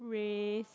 race